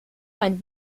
einen